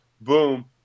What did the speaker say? Boom